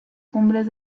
cumbres